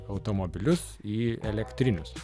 automobilius į elektrinius